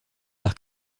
par